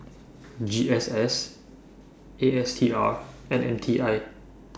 G S S A S T A R and M T I